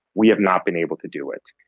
we have not been able to do it.